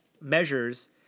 measures